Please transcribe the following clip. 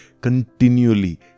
continually